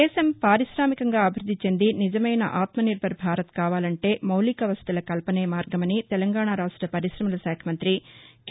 దేశం పార్పిశామికంగా అభివృద్ది చెంది నిజమైన ఆత్మ నిర్బర్ భారత్ కావాలంటే మౌలిక వసతుల కల్పనే మార్గమని తెలంగాణ రాష్ట పరిశకుల శాఖ మంతి కె